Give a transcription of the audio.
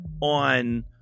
on